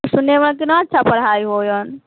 सुनलहुँ हँ कि नहि अच्छा पढ़ाइ होइत हय